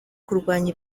kurwanya